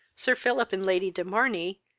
sir philip and lady de morney,